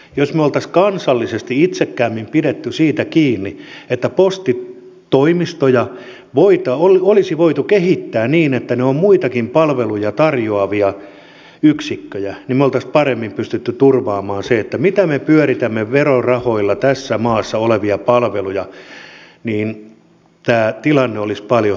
jos me olisimme kansallisesti itsekkäämmin pitäneet siitä kiinni että postitoimistoja olisi voitu kehittää niin että ne ovat muitakin palveluja tarjoavia yksikköjä niin me olisimme paremmin pystyneet turvaamaan sen mitä tässä maassa olevia palveluja me pyöritämme verorahoilla ja tämä tilanne olisi paljon helpompi